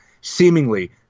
seemingly